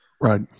right